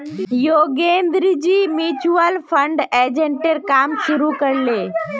योगेंद्रजी mutual fund एजेंटेर काम शुरू कर ले